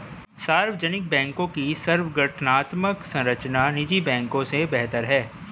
सार्वजनिक बैंकों की संगठनात्मक संरचना निजी बैंकों से बेहतर है